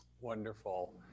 Wonderful